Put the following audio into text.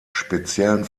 speziellen